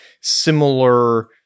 similar